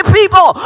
people